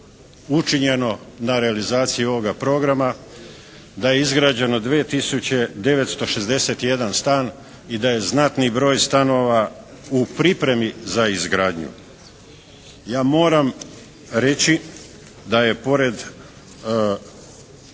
učinjeno na realizaciji ovoga programa, da je izgrađeno 2961 stan i da je znatni broj stanova u pripremi za izgradnju. Ja moram reći da je pored